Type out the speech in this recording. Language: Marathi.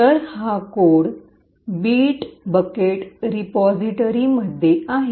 तर हा कोड बिट बकेट रिपॉझिटरीमध्ये आहे